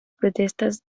protestes